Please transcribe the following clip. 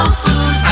food